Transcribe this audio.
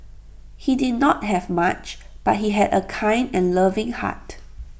he did not have much but he had A kind and loving heart